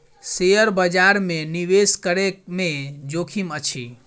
share बजार में निवेश करै में जोखिम अछि